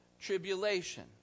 tribulation